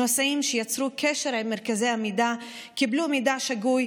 נוסעים שיצרו קשר עם מרכזי המידע קיבלו מידע שגוי.